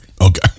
Okay